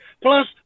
Plus